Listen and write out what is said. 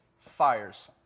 fires